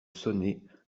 sonner